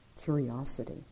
curiosity